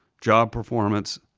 job performance,